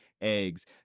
eggs